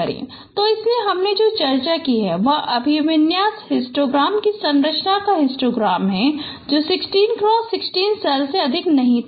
तो इसलिए हमने जो चर्चा की वह अभिविन्यास हिस्टोग्राम की संरचना का हिस्टोग्राम है जो 16x16 सेल से अधिक नहीं था